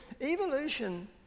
Evolution